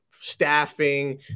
staffing